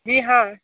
जी हाँ